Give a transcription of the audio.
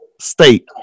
state